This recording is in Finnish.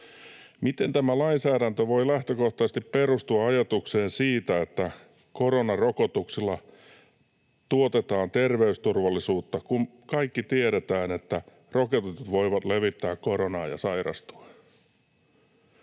Miten tämä lainsäädäntö voi lähtökohtaisesti perustua ajatukseen siitä, että koronarokotuksilla tuotetaan terveysturvallisuutta, kun kaikki tiedetään, että rokotetut voivat levittää koronaa ja sairastua?